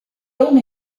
only